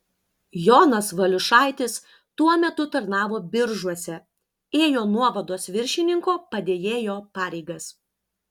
jonas valiušaitis tuo metu tarnavo biržuose ėjo nuovados viršininko padėjėjo pareigas